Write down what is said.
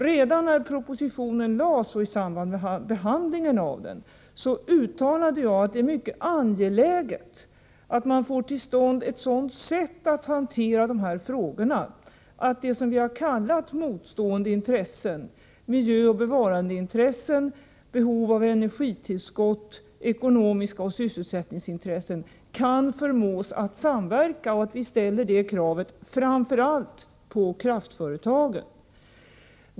Redan när propositionen lades fram och i samband med behandlingen av den uttalade jag att det är mycket angeläget att man får till stånd ett sådant sätt att hantera dessa frågor att det som vi har kallat motstående intressen — miljöoch bevarandeintressen, behov av energitillskott, ekonomiska intressen och sysselsättningsintressen — kan förmås att samverka, och att vi ställer detta krav framför allt på kraftföretagen.